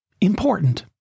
important